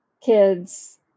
kids